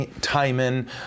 Timon